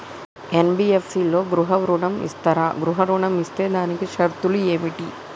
NBFC లలో గృహ ఋణం ఇస్తరా? గృహ ఋణం ఇస్తే దానికి గల షరతులు ఏమిటి?